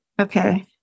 Okay